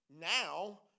Now